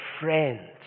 friends